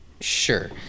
sure